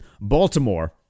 Baltimore